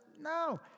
No